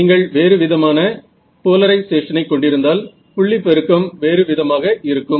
நீங்கள் வேறு விதமான போலரைசேஷனை கொண்டிருந்தால் புள்ளி பெருக்கம் வேறுவிதமாக இருக்கும்